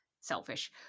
selfish